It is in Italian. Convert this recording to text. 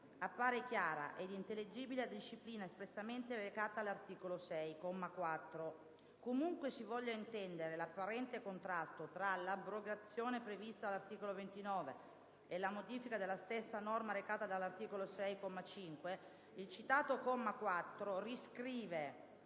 appare chiara ed intellegibile la disciplina espressamente recata dall'articolo 6, comma 4. Comunque si voglia intendere l'apparente contrasto tra l'abrogazione prevista all'articolo 29 e la modifica della stessa norma recata dall'articolo 6, comma 5, il citato comma 4 riscrive